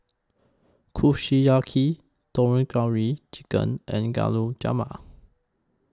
Kushiyaki Tandoori Chicken and Gulab Jamun